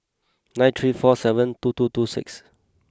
nine three four seven two two two six